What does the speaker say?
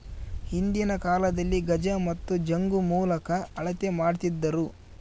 ಹಿಂದಿನ ಕಾಲದಲ್ಲಿ ಗಜ ಮತ್ತು ಜಂಗು ಮೂಲಕ ಅಳತೆ ಮಾಡ್ತಿದ್ದರು